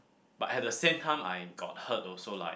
but at the same time I got hurt also like